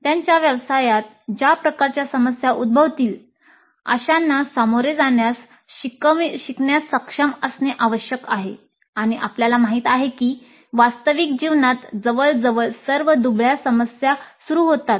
त्यांच्या व्यवसायात ज्या प्रकारच्या समस्या उद्भवतील अशांना सामोरे जाण्यास शिकण्यास सक्षम असणे आवश्यक आहे आणि आपल्याला माहित आहे की वास्तविक जीवनात जवळजवळ सर्व दुबळ्या समस्या सुरू होतात